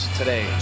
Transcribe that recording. today